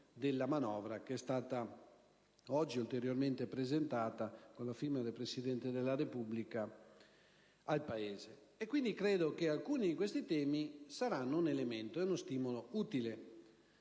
della manovra economica che è stata oggi ulteriormente presentata, con la firma del Presidente della Repubblica, al Paese. Credo pertanto che alcuni di questi temi saranno un elemento e uno stimolo utili